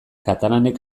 katalanek